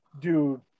dude